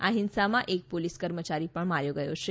આ હિંસામાં એક પોલીસ કર્મચારી પણ માર્યો ગયો છે